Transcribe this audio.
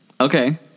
Okay